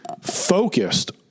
focused